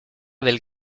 del